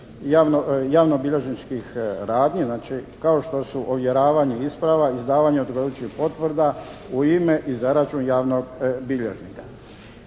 javnobilježničkih radnji znači kao što su ovjeravanje isprava, izdavanje odgovarajućih potvrda u ime i za račun javnog bilježnika.